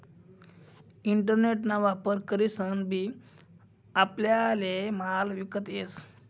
internet ना वापर करीसन बी आपल्याले माल विकता येस